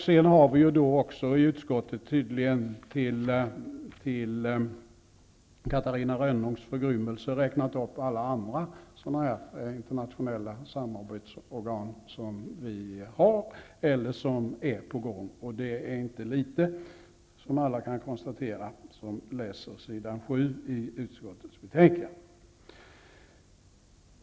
Sedan har konstitutionsutskottet, tydligen till Catarina Rönnungs förgrymmelse, räknat upp alla andra internationella samarbetsorgan som vi har eller som är på gång, och de är inte få, vilket alla kan konstatera som läser s. 7 i utskottets betänkande.